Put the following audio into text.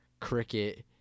cricket